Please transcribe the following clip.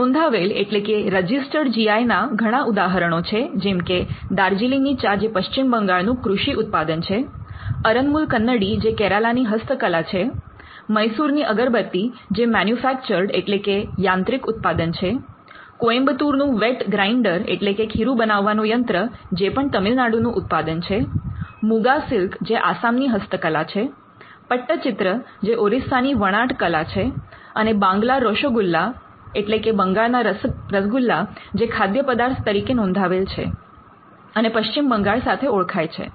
નોંધાવેલ એટલે કે registered G I ના ઘણા ઉદાહરણો છે જેમ કે દાર્જીલિંગની ચા જે પશ્ચિમ બંગાળનું કૃષિ ઉત્પાદન છે અરન્મુલ કન્નડી જે કેરાલાની હસ્તકલા છે મૈસુરની અગરબત્તી જે મૅન્યુફેક્ચર્ડ એટલે કે યાંત્રિક ઉત્પાદન છે કોયમ્બતુરનું વેટ ગ્રાઈન્ડર એટલે કે ખીરુ બનાવવાનું યંત્ર જે પણ તમિલનાડુ નું ઉત્પાદન છે મુગા સિલ્ક જે આસામની હસ્તકલા છે પટ્ટચિત્ર જે ઓરિસ્સાની વણાટ કલા છે અને બાંગ્લાર રોશોગોલ્લા બંગાળના રસગુલ્લા જે ખાદ્ય પદાર્થ તરીકે નોંધાવેલ છે અને પશ્ચિમ બંગાળ સાથે ઓળખાય છે